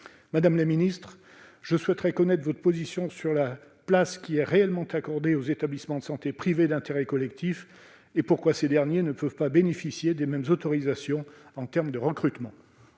Madame la ministre, je souhaiterais connaître votre position sur la place qui est réellement accordée aux établissements de santé privés d'intérêt collectif. Pourquoi ces derniers ne peuvent-ils pas bénéficier des mêmes autorisations en termes de recrutement